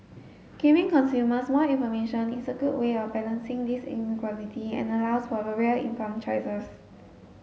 giving consumers more information is a good way of balancing this inequality and allows for real informed choices